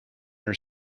are